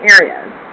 areas